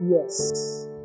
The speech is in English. Yes